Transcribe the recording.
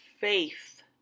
faith